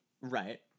right